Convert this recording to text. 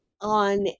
On